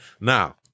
Now